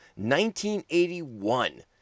1981